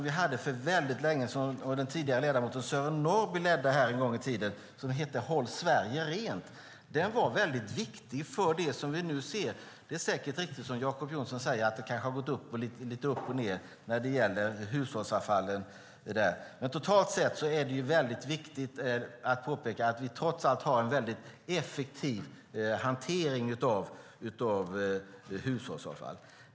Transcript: Vi hade en kampanj för länge sedan, ledd av den tidigare ledamoten Sören Norrby, som hette Håll Sverige Rent. Den var viktig för det som vi nu ser. Det är säkert riktigt som Jacob Johnson säger att det kanske har gått lite upp och ned vad gäller hushållsavfallet, men totalt sett - det är viktigt att påpeka - har vi en effektiv hantering av hushållsavfall.